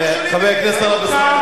חבר הכנסת אלסאנע,